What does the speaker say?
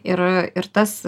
ir ir tas